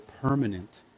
permanent